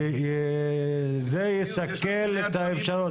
שזה יסכל את האפשרות.